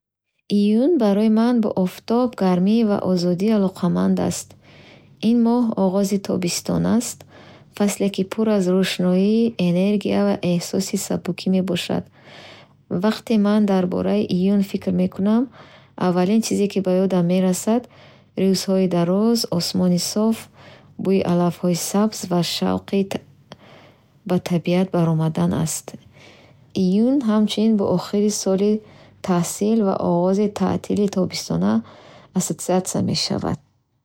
Июн барои ман бо офтоб, гармӣ ва озодӣ алоқаманд аст. Ин моҳ оғози тобистон аст. Фасле, ки пур аз рӯшноӣ, энергия ва эҳсоси сабукӣ мебошад. Вақте ман дар бораи июн фикр мекунам, аввалин чизе, ки ба ёдам мерасад, рӯзҳои дароз, осмони соф, бӯи алафҳои сабз ва шавқи ба табиат баромадан аст. Июн ҳамчунин бо охири соли таҳсил ва оғози таътили тобистона ассотсиатсия мешавад